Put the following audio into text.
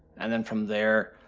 and then from there,